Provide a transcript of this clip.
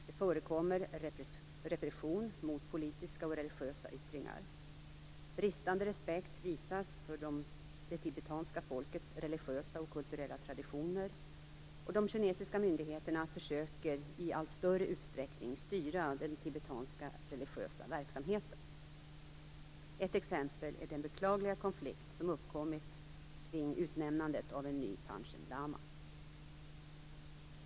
Det förekommer repression mot politiska och religiösa yttringar. Bristande respekt visas för det tibetanska folkets religiösa och kulturella traditioner, och de kinesiska myndigheterna försöker i allt större utsträckning styra den tibetanska religiösa verksamheten. Ett exempel är den beklagliga konflikt som uppkommit kring utnämnandet av en ny Panchem lama.